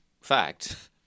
fact